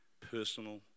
personal